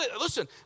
listen